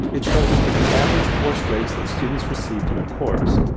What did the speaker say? it shows the average course grades that students received in a course.